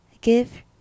Give